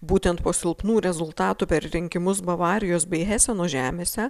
būtent po silpnų rezultatų per rinkimus bavarijos bei heseno žemėse